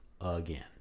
again